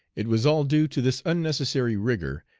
it was all due to this unnecessary rigor,